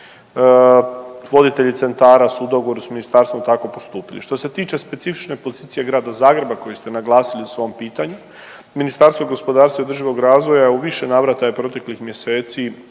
Voditelji centara su u dogovoru sa ministarstvom tako postupili. Što se tiče specifične pozicije Grada Zagreba koji ste naglasili u svom pitanju, Ministarstvo gospodarstva i održivog razvoja je u više navrata proteklih mjeseci